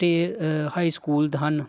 ਅਤੇ high school ਹਨ